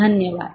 धन्यवाद